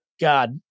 God